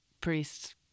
priests